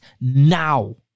now